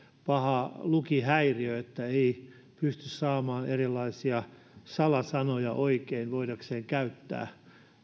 paha lukihäiriö että ei pysty saamaan erilaisia salasanoja oikein voidakseen käyttää